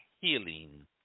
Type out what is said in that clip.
healing